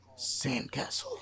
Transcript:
Sandcastle